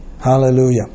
Hallelujah